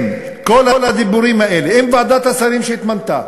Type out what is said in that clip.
אם כל הדיבורים האלה, אם ועדת השרים שהתמנתה